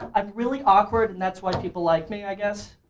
i'm really awkward and that's why people like me i guess.